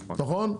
נכון?